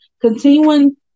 continuing